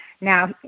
now